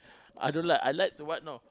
I don't like I like the what know